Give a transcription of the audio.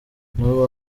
n’ubu